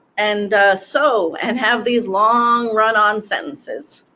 and so, and have these long run-on sentences